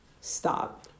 stop